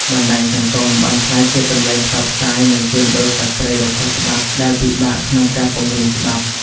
បណ្តាញសង្គមបានក្លាយជាកន្លែងផ្សព្វផ្សាយ និងជួញដូរសត្វព្រៃដោយខុសច្បាប់ ដែលពិបាកក្នុងការពង្រឹងច្បាប់។